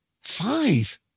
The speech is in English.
five